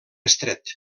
estret